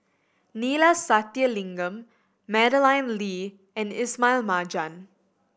Neila Sathyalingam Madeleine Lee and Ismail Marjan